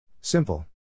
Simple